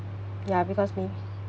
ya because